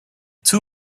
too